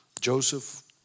Joseph